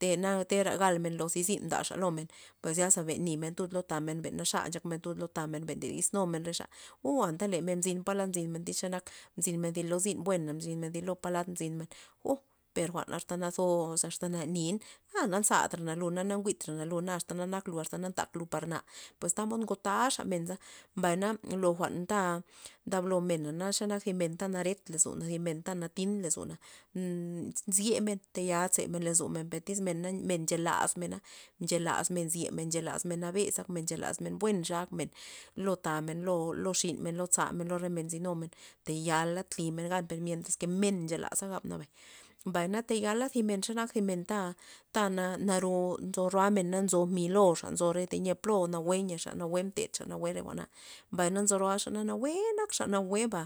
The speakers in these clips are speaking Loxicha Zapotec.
Tena tera galna lo thi zyn ndaxa lomen pues zyasa ben nimen lud lo tamen ben naxa nchakmen tud lo tamen men ndodis numen rexa u anta le men mzyn palad nzynmen xenak mzyn polo zyn buena mzyn lo palad mzyn men uu per jwa'na asta nazos asta na nir a na nzatrana lu na jwi'trana luna asta xe nak lu ast na ntak lu par na pues tamod ngotaxa menza, mbayna lo jwa'n na nda ndablomen xe nat thi mena naret lozon thi men ta natin lozona nnn- nzyemen taya zemen lozomen per tyz men na mchelas mena nchelas men zyemen nchalasmen nabeza nchalesmen buenxa akmen lo tamen lo lo xinmen lo zamen ro men nzynumen tayala tlimen gan per mientras ke men nchelaza nabay mbay na tayala thi xenak men ta tana naro nzo roamen nzo mi' lomen loxa tayia plo nawue nyaxa nawue mtedxa nawue re jwa'na mbayna nzo roaxana nawue nakxa nawueba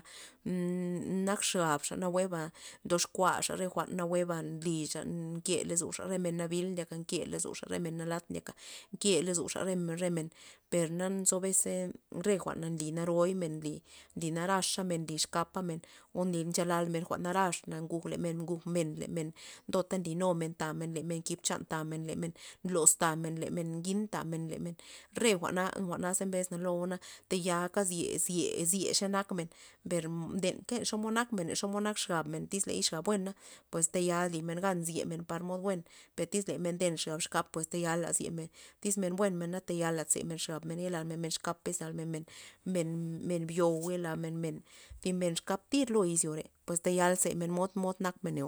nak xabxa nawueba ndoxkuaxa re jwa'n nawueba nlixa nke lozoxa men nabil ndyaka nke lozoxa re men nalat ndyaka nke lozoxa re men per na nzo bes re jwa'na nly naroy nly naraxa men nly exkape men o nly nchalal men jwa'n narax le men nguj le men- le men ndota nly numen nketamen le men nkib chan tamen le nloz tamen lemen ngin tamen lemen- lemen re jwa'na- jwa'na naze mbesna loo' taya zye- zye xanak men per ndenka xomod nakmen xomod nak xabmen tyz ley xab buena pues taya limen zyemen par mod buen per tyz le xa exkap pues tayala zyemen tyz buenmen tayala zemen xabmen ye lalmen men xkap ya zalmen men men- men byou yolal men men buen thi men exkap tyr lo izyore pues tayal zemen mod mod- mod nak men.